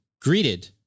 greeted